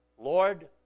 Lord